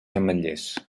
ametllers